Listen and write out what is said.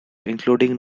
including